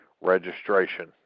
registration